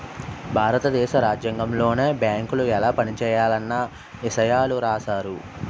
భారత దేశ రాజ్యాంగంలోనే బేంకులు ఎలా పనిజేయాలన్న ఇసయాలు రాశారు